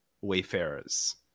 Wayfarers